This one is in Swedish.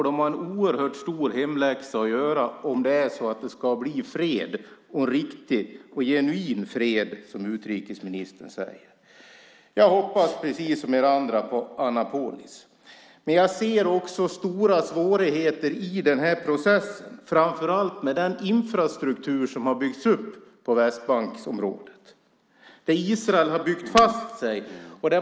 De har en oerhört stor hemläxa att göra om det ska bli fred och en riktig och genuin fred, som utrikesministern säger. Jag hoppas precis som ni andra på Annapolis. Men jag ser också stora svårigheter i den här processen, framför allt med den infrastruktur som har byggts upp på Västbanksområdet. Israel har byggt fast sig.